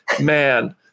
man